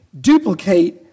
duplicate